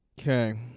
Okay